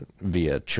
via